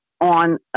on